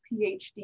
PhD